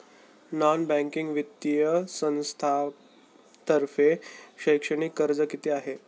Non banking वित्तीय संस्थांतर्फे शैक्षणिक कर्ज किती आहे?